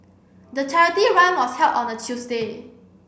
the charity run was held on a Tuesday